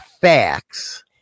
facts